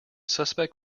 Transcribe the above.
suspect